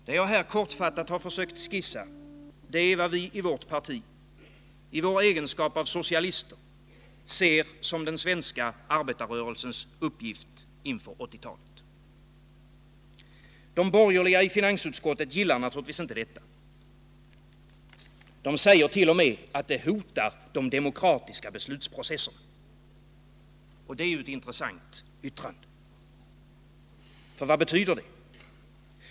Det jag här kortfattat har försökt skissa är vad vi i vårt parti, i vår egenskap av socialister, ser som den svenska arbetarrörelsens uppgift inför 1980 talet. De borgerliga i finansutskottet gillar naturligtvis inte detta. De säger till och med att det hotar de demokratiska beslutsprocesserna. Det är ett intressant yttrande. För vad betyder det?